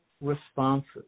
responses